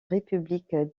république